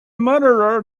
murderer